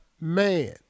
man